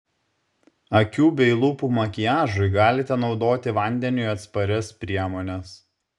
akių bei lūpų makiažui galite naudoti vandeniui atsparias priemones